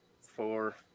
four